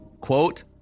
Quote